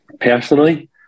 Personally